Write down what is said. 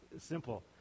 Simple